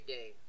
Day